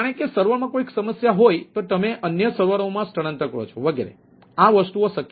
જાણે કે સર્વરમાં કોઈ સમસ્યા હોય તો તમે અન્ય સર્વરોમાં સ્થળાંતર કરો છો વગેરે આ વસ્તુઓ શક્ય છે